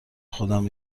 خودم